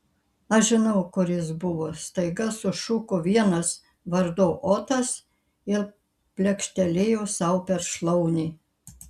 aš žinau kur jis buvo staiga sušuko vienas vardu otas ir plekštelėjo sau per šlaunį